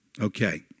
Okay